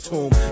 Tomb